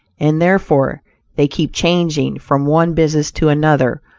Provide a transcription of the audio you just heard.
and therefore they keep changing from one business to another,